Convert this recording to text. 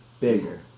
bigger